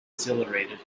exhilarated